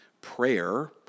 prayer